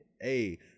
Hey